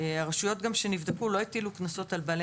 הרשויות שנבדקו לא הטילו קנסות על בעלי